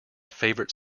favorite